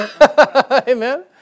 Amen